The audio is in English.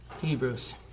Hebrews